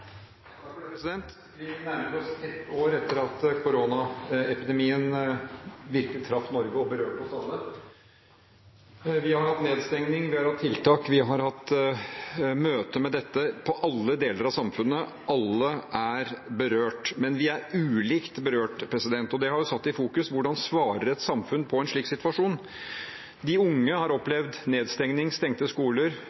Vi nærmer oss ett år etter at koronaepidemien virkelig traff Norge og berørte oss alle. Vi har hatt nedstengning, vi har hatt tiltak, vi har hatt møte med dette i alle deler av samfunnet. Alle er berørt. Men vi er ulikt berørt, og det har satt i fokus: Hvordan svarer et samfunn på en slik situasjon? De unge har